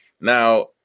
Now